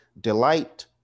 delight